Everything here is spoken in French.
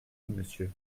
monsieur